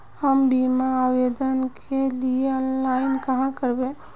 हम बीमा आवेदान के लिए ऑनलाइन कहाँ करबे?